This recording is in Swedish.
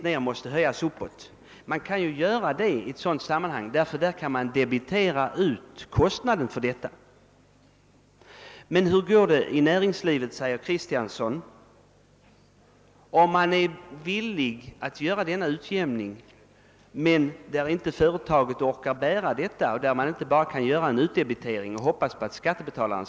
i ett sådant fall kan man väl debitera ut kostnaderna, men hur går det i näringslivet, frågar herr Kristiansson, om man är villig att göra en utjämning men företagen inte orkar bära kostnaderna och man inte bara kan göra en utdebitering bland skattebetalarna?